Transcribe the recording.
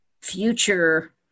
future